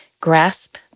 grasp